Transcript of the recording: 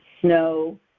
snow